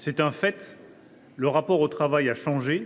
C’est un fait : le rapport au travail a changé.